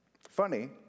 Funny